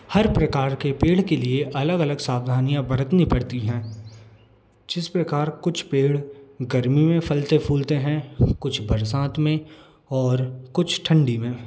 हर प्रकार के पेड़ के लिए अलग अलग सावधानियाँ बरतनी पड़ती हैं जिस प्रकार कुछ पेड़ गर्मी में फलते फूलते हैं कुछ बरसात में और कुछ ठंडी में